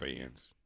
fans